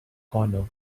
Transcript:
corner